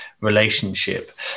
relationship